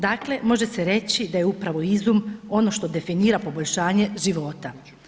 Dakle, može se reći da je upravo izum ono što definira poboljšanje života.